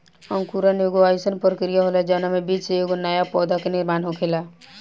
अंकुरण एगो आइसन प्रक्रिया होला जवना में बीज से एगो नया पौधा के निर्माण होखेला